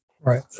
Right